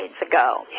ago